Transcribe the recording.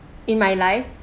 in my life